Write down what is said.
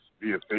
via